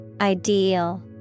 Ideal